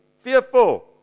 fearful